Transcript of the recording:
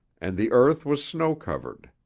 and the earth was snow-covered.